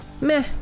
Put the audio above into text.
meh